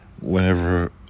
whenever